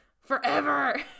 forever